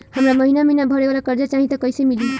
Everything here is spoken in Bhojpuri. हमरा महिना महीना भरे वाला कर्जा चाही त कईसे मिली?